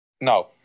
No